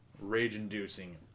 rage-inducing